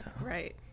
Right